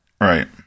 Right